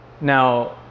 Now